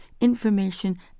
information